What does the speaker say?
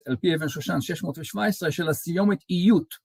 על-פי אבן שושן שש מאות ושבע עשרה של הסיומת איות